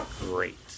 great